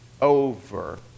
over